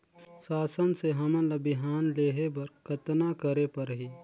शासन से हमन ला बिहान लेहे बर कतना करे परही?